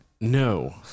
No